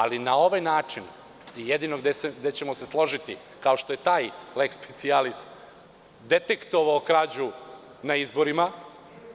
Ali, na ovaj način, jedino gde ćemo se složiti, kao što je taj leks specijalis detektovao krađu na izborima,